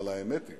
אבל האמת היא